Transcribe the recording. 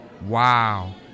Wow